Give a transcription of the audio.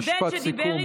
משפט סיכום.